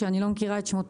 שאני לא מכירה את שמותיהם.